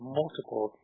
multiple